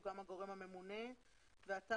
הוא גם הגורם המונה ומקום הפרסום הוא אתר